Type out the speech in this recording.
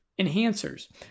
enhancers